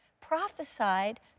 prophesied